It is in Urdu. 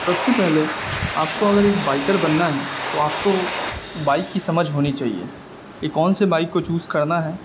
سب سے پہلے آپ کو اگر ایک بائیکر بننا ہے تو آپ کو بائک کی سمجھ ہونی چاہیے کہ کون سے بائیک کو چوز کرنا ہے